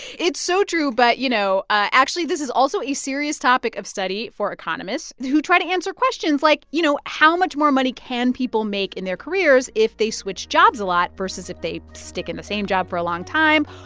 it's so true. but, you know, actually, this is also a serious topic of study for economists who try to answer questions like, you know, how much more money can people make in their careers if they switch jobs a lot versus if they stick in the same job for a long time?